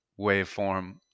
waveform